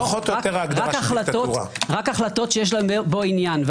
רק החלטת שיש להן בו עניין.